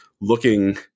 looking